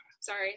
sorry